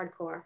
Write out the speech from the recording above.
hardcore